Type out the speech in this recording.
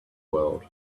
world